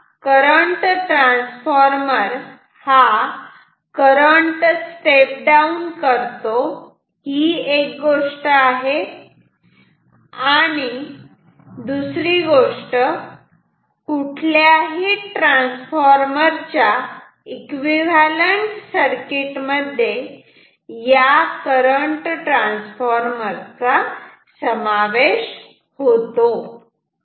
तेव्हा current transformer हा current step down करतो ही एक गोष्ट आहे आणि आणि दुसरी गोष्ट कुठल्याही ट्रान्सफॉर्मर च्या एकविव्हॅलंट सर्किट मध्ये या करंट ट्रान्सफॉर्मर चा समावेश होतो